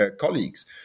colleagues